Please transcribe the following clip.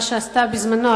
מה שעשתה בזמנו,